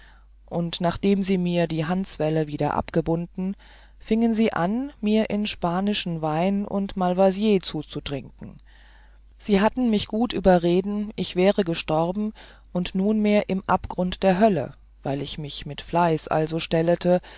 und nachdem sie mir die handzwell wieder abgebunden fiengen sie an mir in spanischen wein und malvasier zuzutrinken sie hatten mich gut überreden ich wäre gestorben und nunmehr im abgrund der höllen weil ich mich mit fleiß also stellete